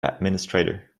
administrator